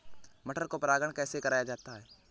मटर को परागण कैसे कराया जाता है?